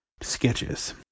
sketches